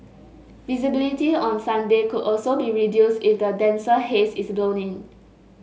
visibility on Sunday could also be reduced if the denser haze is blown in